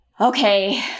Okay